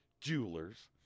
jewelers